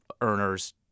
earners